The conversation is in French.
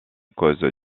cause